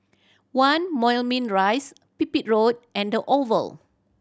One Moulmein Rise Pipit Road and The Oval